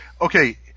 Okay